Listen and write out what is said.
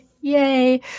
yay